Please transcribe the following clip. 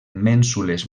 mènsules